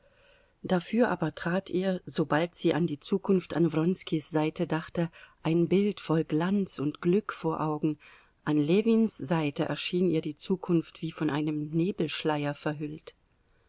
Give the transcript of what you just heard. dafür aber trat ihr sobald sie an die zukunft an wronskis seite dachte ein bild voll glanz und glück vor augen an ljewins seite erschien ihr die zukunft wie von einem nebelschleier verhüllt